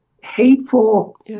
hateful